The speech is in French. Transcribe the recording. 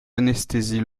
anesthésie